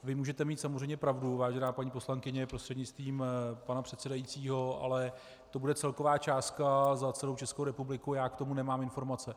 Vy můžete mít samozřejmě pravdu, vážená paní poslankyně prostřednictvím pana předsedajícího, ale to bude celková částka za celou Českou republiku, já k tomu nemám informace.